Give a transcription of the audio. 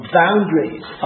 boundaries